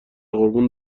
قربون